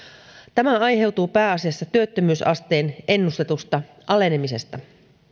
tämä aiheutuu pääasiassa työttömyysasteen ennustetusta alenemisesta